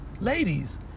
Ladies